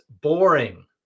boring